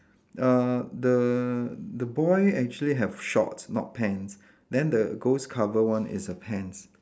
uh the the boy actually have shorts not pants then the ghost cover one is a pants